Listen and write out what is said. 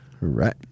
right